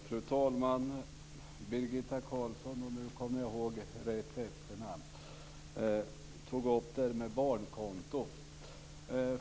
Fru talman! Birgitta Carlsson tog upp frågan om barnkonto.